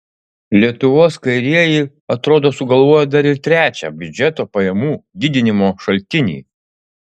lietuvos kairieji atrodo sugalvojo dar ir trečią biudžeto pajamų didinimo šaltinį